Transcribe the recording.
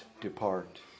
depart